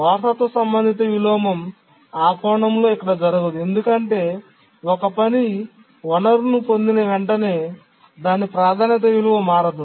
వారసత్వ సంబంధిత విలోమం ఆ కోణంలో ఇక్కడ జరగదు ఎందుకంటే ఒక పని వనరును పొందిన వెంటనే దాని ప్రాధాన్యత విలువ మారదు